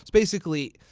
basically,